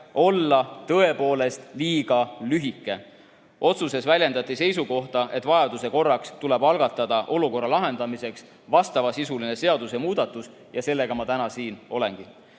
tähtaeg olla liiga lühike. Otsuses väljendati seisukohta, et vajaduse korral tuleb algatada olukorra lahendamiseks vastavasisuline seadusemuudatus ja sellega ma täna siin olengi.